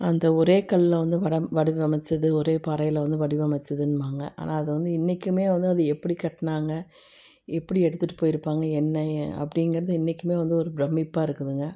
அந்த ஒரே கல்லில் வந்து வட வடிவமைச்சது ஒரே பாறையில் வந்து வடிவமைச்சதுன்ம்பாங்க ஆனால் அது வந்து இன்னைக்குமே வந்து அது எப்படி கட்டினாங்க எப்படி எடுத்துகிட்டு போயிருப்பாங்க என்ன அப்படிங்கிறது இன்னைக்குமே வந்து ஒரு பிரமிப்பாக இருக்குதுங்க